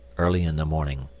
early in the morning,